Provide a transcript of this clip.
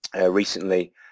recently